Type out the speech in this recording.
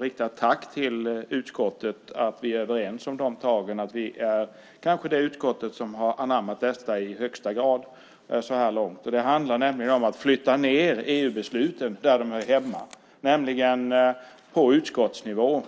rikta ett tack till utskottet för att vi är överens om tagen. Vi kanske är det utskott som har anammat detta i högsta grad så här långt. Det handlar om att flytta ned EU-besluten dit de hör hemma, nämligen på utskottsnivå.